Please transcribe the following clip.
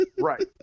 Right